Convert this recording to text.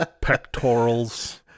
pectorals